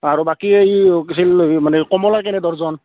আৰু বাকী এই কি আছিল এই মানে কমলা কেনে ডৰ্জন